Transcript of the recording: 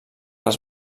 les